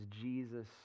Jesus